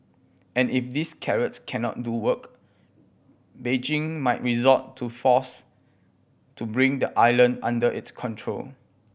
and if these carrots can not do work Beijing might resort to force to bring the island under its control